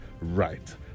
right